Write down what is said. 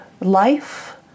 life